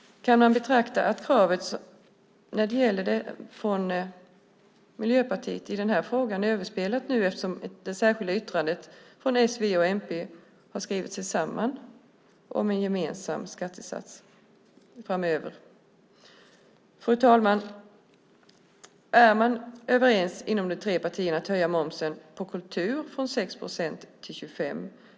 Kan man betrakta kravet från Miljöpartiet i denna fråga som överspelat eftersom ni har skrivit det särskilda yttrandet om en gemensam skattesats tillsammans med de övriga oppositionspartierna? Fru talman! Är man överens inom de tre partierna om att höja momsen på kultur från 6 procent till 25 procent?